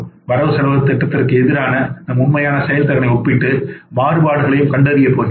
வரவுசெலவுத் திட்டத்திற்கு எதிரான நம் உண்மையான செயல்திறனை ஒப்பிட்டு மாறுபாடுகளைக் கண்டறியப் போகிறோம்